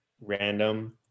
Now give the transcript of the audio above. random